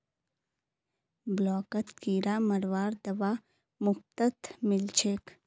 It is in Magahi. ब्लॉकत किरा मरवार दवा मुफ्तत मिल छेक